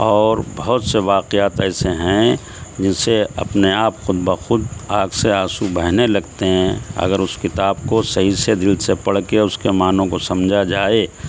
اور بہت سے واقعات ایسے ہیں جن سے اپنے آپ خود بخود آنکھ سے آنسو بہنے لگتے ہیں اگر اس کتاب کو صحیح سے دل سے پڑھ کے اس کے معنوں کو سمجھا جائے